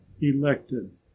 elected